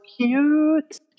cute